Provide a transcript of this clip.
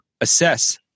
assess